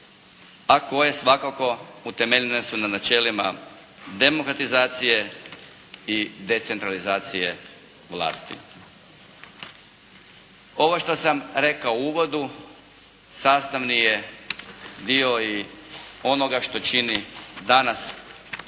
a koje svakako utemeljene su na načelima …/Govornik se ne razumije./… i decentralizacije vlasti. Ovo što sam rekao u uvodu, sastavni je dio i onoga što čini danas